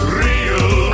real